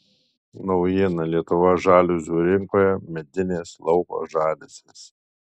naujiena lietuvos žaliuzių rinkoje medinės lauko žaliuzės